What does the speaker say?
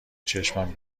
چشمم